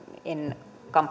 en